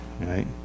right